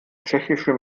tschechischen